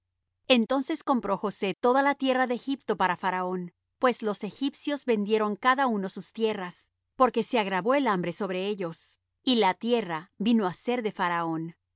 entonces compró josé toda la tierra de egipto para faraón pues los egipcios vendieron cada uno sus tierras porque se agravó el hambre sobre ellos y la tierra vino á ser de faraón